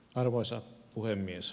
arvoisa puhemies